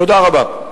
תודה רבה.